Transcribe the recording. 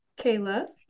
Kayla